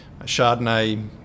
Chardonnay